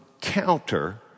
counter